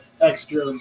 extra